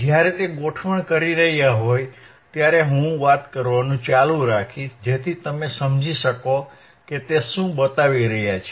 જ્યારે તે ગોઠવણ કરી રહ્યા હોય ત્યારે હું વાત ચાલુ રાખીશ જેથી તમે સમજી શકો કે તે શું બતાવી રહ્યા છે